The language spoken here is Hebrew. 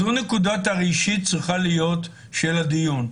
זו נקודת הראשית שצריכה להיות של הדיון,